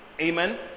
Amen